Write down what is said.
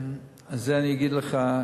זה אני אגיד לך.